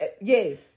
Yes